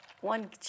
one